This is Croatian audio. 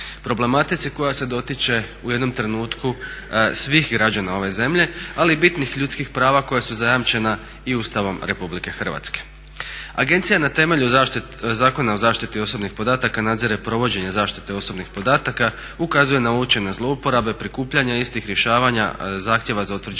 problematici koja se dotiče u jednom trenutku svih građana ove zemlje ali i bitnih ljudskih prava koja su zajamčena i Ustavom Republike Hrvatske. Agencija na temelju Zakona o zaštititi osobnih podataka nadzire provođenje zaštite osobnih podataka, ukazuje na uočene zlouporabe, prikupljanja istih, rješavanja, zahtjeva za utvrđivanje